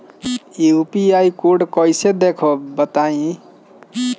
UPI code कैसे देखब बताई?